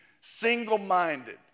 single-minded